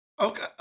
Okay